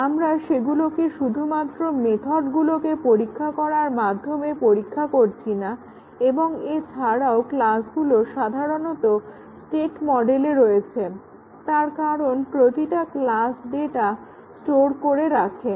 আমরা সেগুলোকে শুধুমাত্র মেথডগুলোকে পরীক্ষা করার মাধ্যমে পরীক্ষা করছি না এবং এছাড়াও ক্লাসগুলো সাধারণত স্টেট মডেলে রয়েছে তার কারণ প্রতিটি ক্লাস ডাটা স্টোর করে রাখে